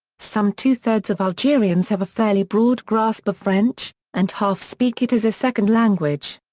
some two-thirds of algerians have a fairly broad grasp of french, and half speak it as a second language.